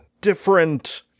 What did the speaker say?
different